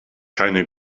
keine